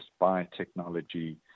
biotechnology